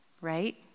right